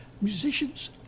musicians